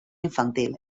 infantil